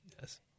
Yes